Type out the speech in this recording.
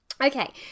Okay